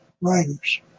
writers